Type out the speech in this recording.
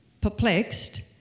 perplexed